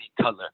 color